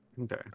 Okay